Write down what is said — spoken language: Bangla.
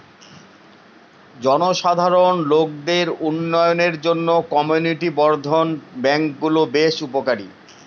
জনসাধারণ লোকদের উন্নয়নের জন্য কমিউনিটি বর্ধন ব্যাঙ্কগুলা বেশ উপকারী